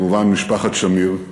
וכמובן משפחת שמיר,